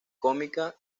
cómica